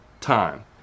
time